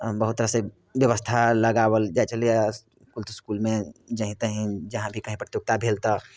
बहुत तरहसँ व्यवस्था लगाओल जाइ छलैए इस्कुल तिस्कुलमे जाहिँ ताहिँ जहाँ भी कहीँ प्रतियोगिता भेल तऽ